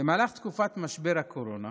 במהלך תקופת משבר הקורונה,